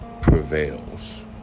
prevails